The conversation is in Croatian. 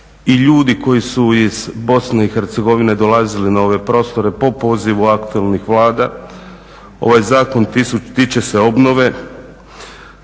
i ljudi koji su iz BiH dolazili na ove prostore po pozivu aktualnih Vlada, ovaj zakon tiče se obnove